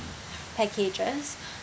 packages